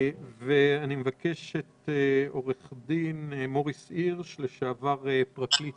עו"ד מוריס הירש, לשעבר פרקליט